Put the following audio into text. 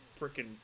Freaking